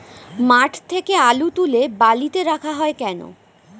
মাঠ থেকে আলু তুলে বালিতে রাখা হয় কেন?